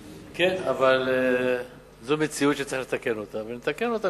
כן, אבל זו מציאות שצריך לתקן אותה, ונתקן אותה.